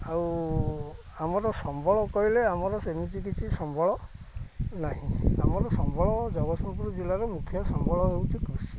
ଆଉ ଆମର ସମ୍ବଳ କହିଲେ ଆମର ସେମିତି କିଛି ସମ୍ବଳ ନାହିଁ ଆମର ସମ୍ବଳ ଜଗତସିଂପୁର ଜିଲ୍ଲାର ମୁଖ୍ୟ ସମ୍ବଳ ହେଉଛି କୃଷି